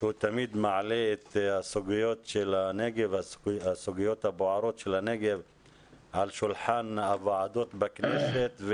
שהוא תמיד מעלה את הסוגיות הבוערות של הנגב על שולחן הוועדות בכנסת,